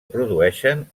produeixen